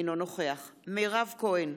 אינו נוכח מירב כהן,